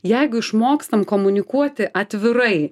jeigu išmokstam komunikuoti atvirai